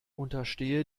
unterstehe